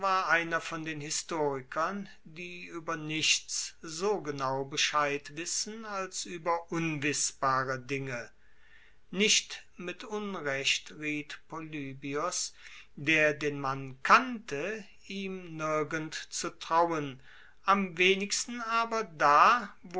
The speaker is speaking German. einer von den historikern die ueber nichts so genau bescheid wissen als ueber unwissbare dinge nicht mit unrecht riet polybios der den mann kannte ihm nirgend zu trauen am wenigsten aber da